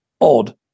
odd